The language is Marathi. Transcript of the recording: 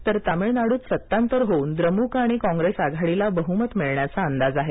तर तमिळनाडूत सत्तांतर होऊन द्रमुक आणि कॉंग्रेस आघाडीला बहुमत मिळण्याचा अंदाज आहे